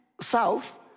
South